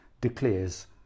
declares